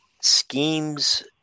schemes